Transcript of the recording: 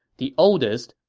the oldest,